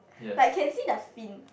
like can see the fin